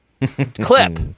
clip